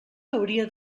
hauria